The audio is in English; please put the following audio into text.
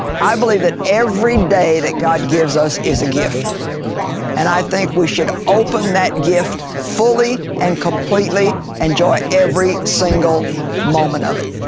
i believe that every day that god gives us is a gift and i think we should open that gift fully and completely, enjoy every single moment of it.